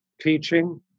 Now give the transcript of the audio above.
teaching